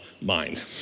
mind